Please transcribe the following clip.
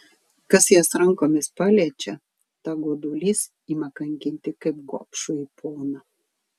kas jas rankomis paliečia tą godulys ima kankinti kaip gobšųjį poną